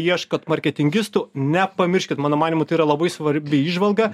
ieškot marketingistų nepamirškit mano manymu tai yra labai svarbi įžvalga